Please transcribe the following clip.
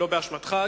לא באשמתך,